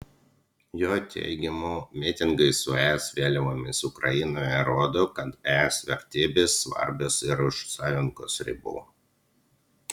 jo teigimu mitingai su es vėliavomis ukrainoje rodo kad es vertybės svarbios ir už sąjungos ribų